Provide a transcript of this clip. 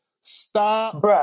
Stop